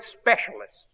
specialists